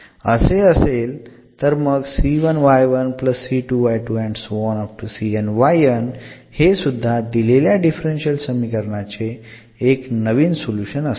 असे असेल तर मग हे सुध्दा दिलेल्या डिफरन्शियल समीकरणाचे एक नवीन सोल्युशन असते